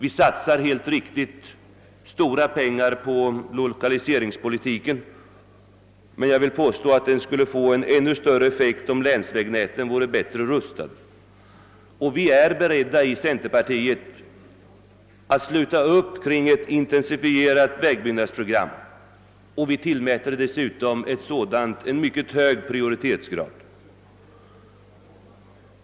Vi satsar helt riktigt stora pengar på lokaliseringspolitiken, men jag vill påstå att den skulle få ännu större effekt om länsvägnäten vore bättre rustade. I centerpartiet är vi beredda att sluta upp kring ett intensifierat vägbyggnadsprogram, och vi tillmäter dessutom ett sådant program mycket hög prioritetsgrad.